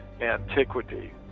antiquity